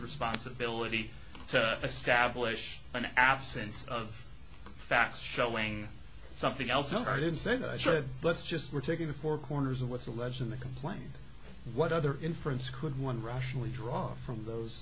responsibility to establish an absence of facts showing something else and i didn't say that i should let's just we're taking the four corners of what's alleged in the complaint what other inference could one rationally draw from those